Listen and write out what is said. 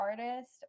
artist